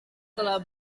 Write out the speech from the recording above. telah